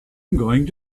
going